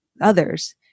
others